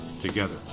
together